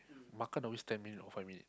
makan always ten minute or five minute